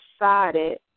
decided